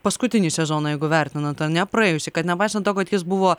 paskutinį sezoną jeigu vertinant ane praėjusi kad nepaisant to kad jis buvo